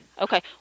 okay